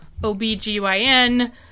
OBGYN